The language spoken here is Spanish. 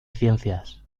ciencias